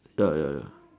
ya ya ya